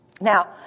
Now